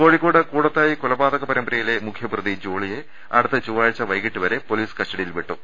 കോഴിക്കോട് കൂടത്തായി കൊലപാതക പരമ്പരയിലെ മുഖ്യപ്രതി ജോളിയെ അടുത്ത ചൊവ്വാഴ്ച്ച വൈകീട്ട് വരെ പൊലീസ് കസ്റ്റഡി യിൽ വിട്ടു